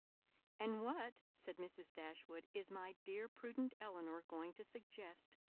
and what, said mrs. dashwood, is my dear prudent elinor going to suggest?